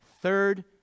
Third